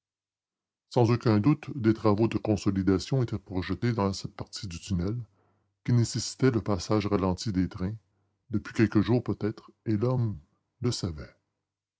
sans aucun doute des travaux de consolidation étaient projetés dans cette partie du tunnel qui nécessitaient le passage ralenti des trains depuis quelques jours peut-être et l'homme le savait